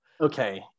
Okay